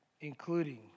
including